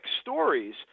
stories